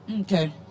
Okay